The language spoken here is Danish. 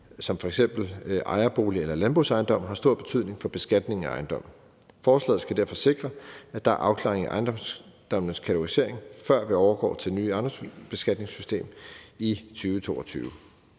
som f.eks. ejerbolig eller landbrugsejendom har stor betydning for beskatningen af ejendommen. Forslaget skal derfor sikre, at der er afklaring af ejendommenes kategorisering, før vi overgår til det nye ejendomsbeskatningssystem i 2024